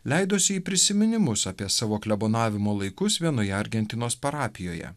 leidosi į prisiminimus apie savo klebonavimo laikus vienoje argentinos parapijoje